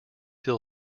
hill